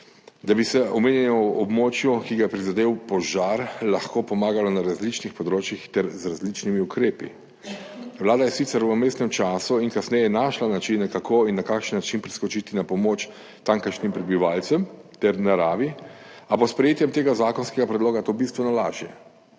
da bi se omenjenemu območju, ki ga je prizadel požar, lahko pomagalo na različnih področjih ter z različnimi ukrepi. Vlada je sicer v vmesnem času in kasneje našla načine, kako in na kakšen način priskočiti na pomoč tamkajšnjim prebivalcem ter naravi, a bo s sprejetjem tega zakonskega predloga to bistveno lažje,